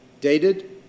Dated